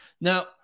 Now